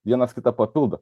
vienas kitą papildo